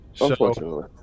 unfortunately